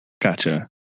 Gotcha